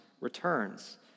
returns